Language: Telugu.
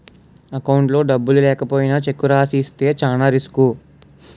అకౌంట్లో డబ్బులు లేకపోయినా చెక్కు రాసి ఇస్తే చానా రిసుకు